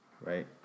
Right